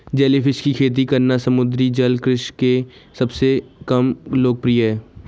jellyfish की खेती करना समुद्री जल कृषि के सबसे कम लोकप्रिय है